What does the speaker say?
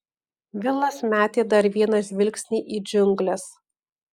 vilas metė dar vieną žvilgsnį į džiungles